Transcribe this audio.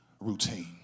routine